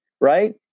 right